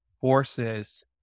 forces